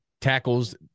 tackles